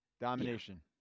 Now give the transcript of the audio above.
Domination